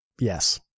Yes